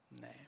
name